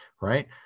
right